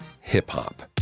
hip-hop